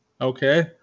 okay